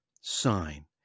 sign